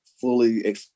fully